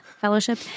fellowship